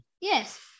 Yes